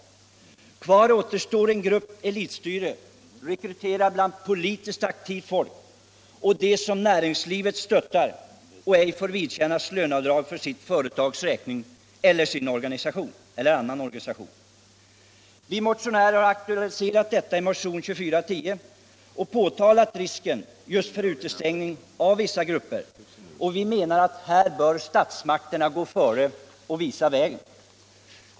Kvar står en grupp av elitstyresmän, rekryterade bland politiskt aktivt folk, och de som näringslivet stöttar och som därför ej behöver vidkännas löneavdrag i sitt företag eller i sin organisation. Vi motionärer har aktualiserat detta i motionen 2410 och påtalat risken för utestängning av vissa grupper, och vi menar att statsmakterna här bör gå före och visa vägen.